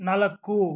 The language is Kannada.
ನಾಲ್ಕು